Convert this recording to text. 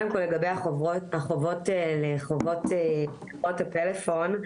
לגבי החובות לחברות הפלאפון,